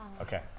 Okay